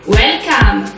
welcome